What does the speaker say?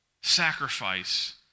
sacrifice